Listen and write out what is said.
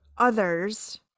others